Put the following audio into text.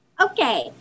Okay